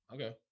Okay